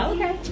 Okay